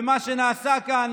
ומה שנעשה כאן,